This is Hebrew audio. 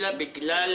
אלא בגלל